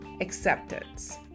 acceptance